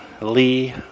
Lee